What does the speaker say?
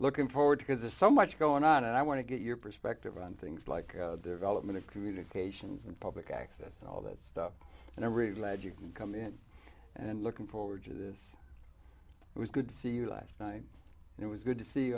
looking forward to cause there's so much going on and i want to get your perspective on things like development of communications and public access all that stuff and every lead you can come in and looking forward to this it was good to see you last night and it was good to see